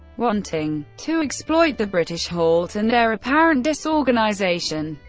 wanting to exploit the british halt and their apparent disorganisation,